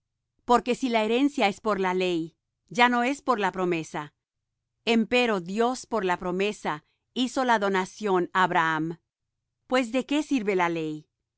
porque si la herencia es por la ley ya no es por la promesa empero dios por la promesa hizo la donación á abraham pues de qué sirve la ley